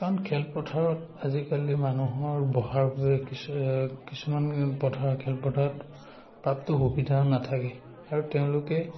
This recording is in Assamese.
কাৰণ খেলপথাৰত আজিকালি মানুহৰ বহাৰ বাবে কিছু কিছুমান পথাৰ খেলপথাৰত প্ৰাপ্ত সুবিধাও নাথাকে আৰু তেওঁলোকে